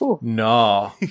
no